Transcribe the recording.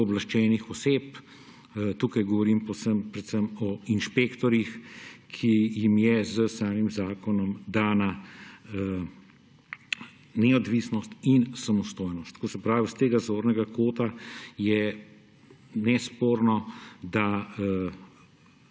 pooblaščenih oseb. Tukaj govorim predvsem o inšpektorjih, ki jim je s samim zakonom dana neodvisnost in samostojnost. To se pravi, s tega zornega kota je nesporno, da